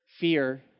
fear